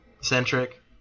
centric